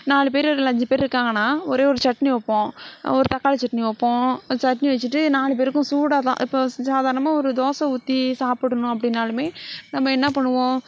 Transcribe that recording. நாலு பேர் இல்லை அஞ்சு பேர் இருக்காங்கன்னால் ஒரே ஒரு சட்னி வைப்போம் ஒரு தக்காளி சட்னி வைப்போம் சட்னி வெச்சுட்டு நாலு பேருக்கும் சூடாக தான் இப்போ ச சாதாரணமாக ஒரு தோசை ஊற்றி சாப்பிடணும் அப்படின்னாலுமே நம்ம என்ன பண்ணுவோம்